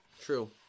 True